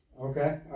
Okay